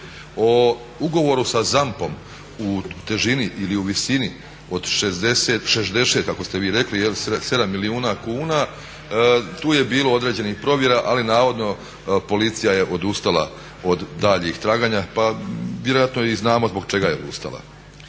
O ugovoru sa ZAMP-om u težini ili u visini od 60 kako ste vi rekli 7 milijuna kuna tu je bilo određenih provjera ali navodno policija je odustala od daljnjih traganja. Pa vjerojatno i znamo zbog čega je odustala.